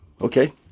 Okay